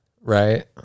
Right